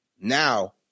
now